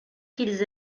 qu’ils